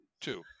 two